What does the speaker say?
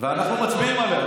ואנחנו מצביעים עליה,